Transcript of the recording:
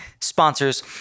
sponsors